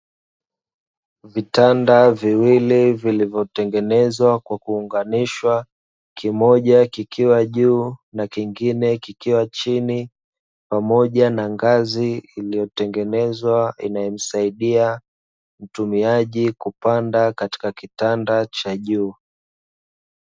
Vitanda viwili vilivyotengenezwa kwa kuunganishwa kimoja, kikiwa juu na kingine kikiwa chini pamoja na ngazi, iliyotengenezwa inayomsaidia mtumiaji kupanda katika kitanda cha juu.